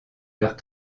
leurs